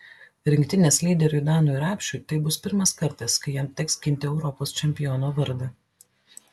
rinktinės lyderiui danui rapšiui tai bus pirmas kartas kai jam teks ginti europos čempiono vardą